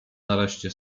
nareszcie